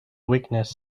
weakness